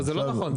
זה לא נכון.